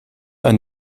ein